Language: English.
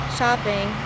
shopping